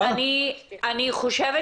אני חושבת